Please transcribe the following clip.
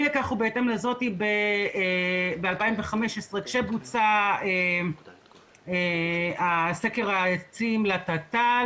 אי לכך ובהתאם לזאת ב-2015 כשבוצע סקר העצים לתת"ל,